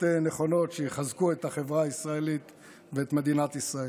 נכונות שיחזקו את החברה הישראלית ואת מדינת ישראל.